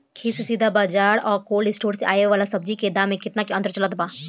खेत से सीधा बाज़ार आ कोल्ड स्टोर से आवे वाला सब्जी के दाम में केतना के अंतर चलत बा?